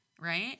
right